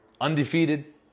undefeated